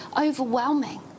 overwhelming